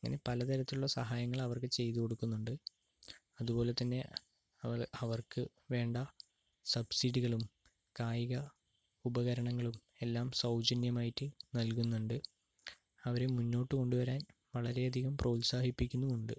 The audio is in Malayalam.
അങ്ങനെ പലതരത്തിലുള്ള സഹായങ്ങൾ അവർക്ക് ചെയ്തുകൊടുക്കുന്നുണ്ട് അതുപോലെതന്നെ അവർക്ക് വേണ്ട സബ്സിഡികളും കായിക ഉപകരണങ്ങളും എല്ലാം സൗജന്യമായിട്ട് നൽകുന്നുണ്ട് അവരെ മുന്നോട്ടു കൊണ്ടു വരാൻ വളരെയധികം പ്രോത്സാഹിപ്പിക്കുന്നുമുണ്ട്